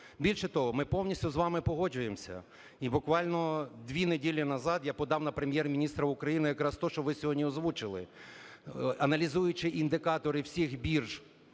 Більше того, ми повністю з вами погоджуємося і буквально дві неділі назад я подав на Прем'єр-міністра України якраз те, що ви сьогодні озвучили. Аналізуючи індикатори всіх бірж